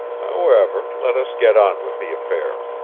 however, let us get on with the affair.